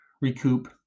recoup